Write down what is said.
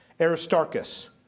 Aristarchus